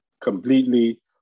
Completely